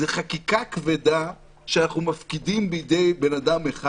זו חקיקה כבדה שאנחנו מפקידים בידי אדם אחד.